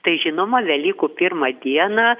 tai žinoma velykų pirmą dieną